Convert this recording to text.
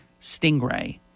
Stingray